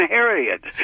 Harriet